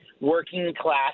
working-class